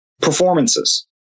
performances